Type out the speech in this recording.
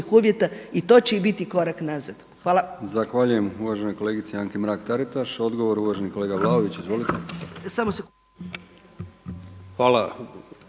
Hvala.